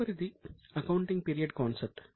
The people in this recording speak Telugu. తదుపరిది అకౌంటింగ్ పీరియడ్ కాన్సెప్ట్